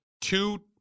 two